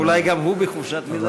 אולי גם הוא בחופשת לידה.